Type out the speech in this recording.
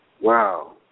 Wow